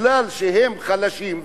מכיוון שהם חלשים,